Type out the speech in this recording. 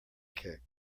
kick